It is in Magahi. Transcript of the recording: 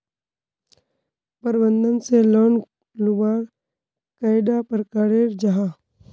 प्रबंधन से लोन लुबार कैडा प्रकारेर जाहा?